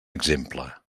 exemple